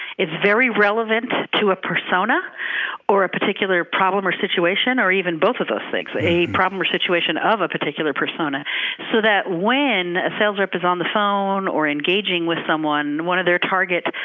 it's very relevant to a persona or a particular problem or situation, or even both of those things, a problem or a situation of a particular persona so that when a sales rep is on the phone or engaging with someone, one of their target